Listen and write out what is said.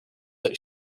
that